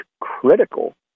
critical